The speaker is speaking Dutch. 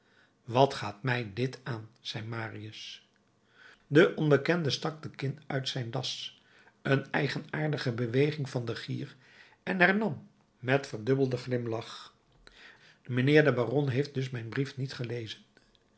wat gaat mij dit aan zei marius de onbekende stak de kin uit zijn das een eigenaardige beweging van den gier en hernam met verdubbelden glimlach mijnheer de baron heeft dus mijn brief niet gelezen